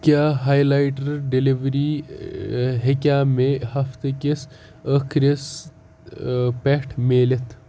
کیٛاہ ہاے later delivery ہیٚکیٛاہ مےٚ ہفتہٕ کِس ٲخرِس پٮ۪ٹھ مِلِتھ